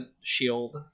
shield